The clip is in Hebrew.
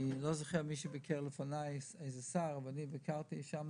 אני לא זוכר אם איזה שר ביקר בהם לפניי אבל אני ביקרתי שם.